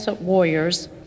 warriors